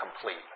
complete